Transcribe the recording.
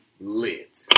lit